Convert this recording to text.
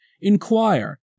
inquire